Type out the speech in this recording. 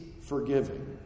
forgiving